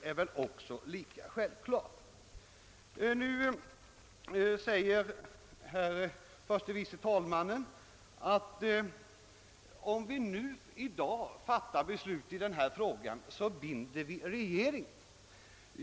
Nu säger herr förste vice talmannen Cassel att om vi i dag fattar beslut i denna fråga binder vi regeringen.